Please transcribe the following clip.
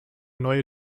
neue